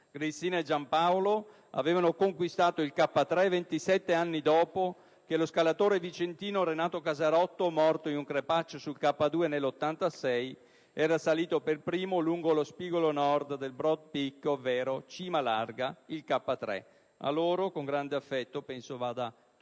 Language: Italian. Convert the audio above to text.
Cristina e Giampaolo avevano conquistato il K3 27 anni dopo che lo scalatore vicentino Renato Casarotto, morto in un crepaccio sul K2 nel 1986, era salito per primo lungo lo spigolo Nord del Broad Peak, ovvero Cima Larga, il K3. A loro va con grande affetto il nostro